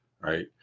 right